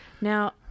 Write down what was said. Now